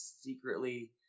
secretly